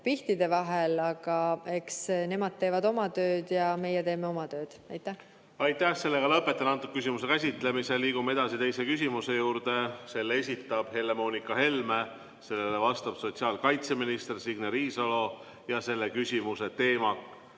pihtide vahel, aga eks nemad teevad oma tööd ja meie teeme oma tööd. Aitäh! Lõpetan selle küsimuse käsitlemise. Aitäh! Lõpetan selle küsimuse käsitlemise. Liigume edasi teise küsimuse juurde. Selle esitab Helle-Moonika Helme, sellele vastab sotsiaalkaitseminister Signe Riisalo ja selle küsimuse teema